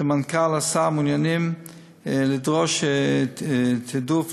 המנכ"ל או השר מעוניינים לדרוש תעדוף